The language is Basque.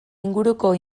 inguruko